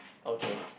okay